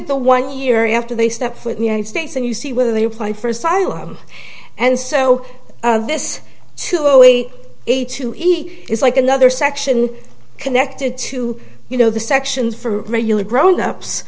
at the one year after they stepped foot in united states and you see whether they apply for asylum and so this too early age to easy is like another section connected to you know the sections for regular grown ups